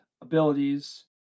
abilities